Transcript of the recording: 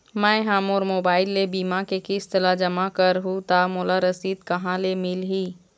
मैं हा मोर मोबाइल ले बीमा के किस्त ला जमा कर हु ता मोला रसीद कहां ले मिल ही?